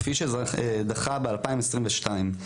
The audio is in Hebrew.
כפי שדחה ב- 2022,